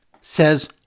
says